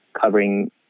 covering